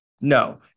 No